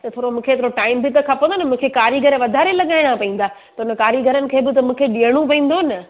त मूंखे थोरो टाइम बि त खपंदो न मूंखे कारीगर वधारे लॻाइणा पवंदा त हुन कारीगरनि खे बि त मूंखे ॾियणो पवंदो न